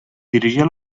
dirigia